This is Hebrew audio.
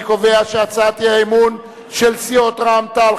אני קובע שהצעת האי-אמון של סיעות רע"ם-תע"ל,